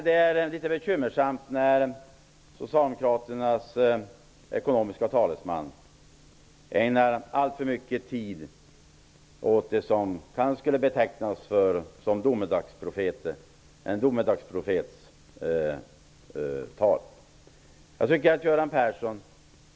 Det är litet bekymmersamt när Socialdemokraternas ekonomiska talesman ägnar så mycket tid åt något som kan betecknas som ett domedagsprofetstal.